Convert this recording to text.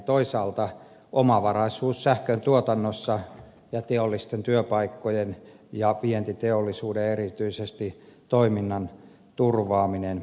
toisaalta on kysymys omavaraisuudesta sähköntuotannossa ja toisaalta teollisten työpaikkojen ja erityisesti vientiteollisuuden toiminnan turvaamisesta